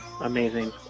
Amazing